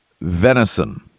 venison